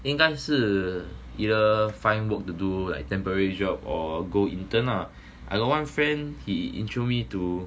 应该是 either find work to do like temporary job or go intern lah I got one friend he intro me too